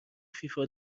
فیفا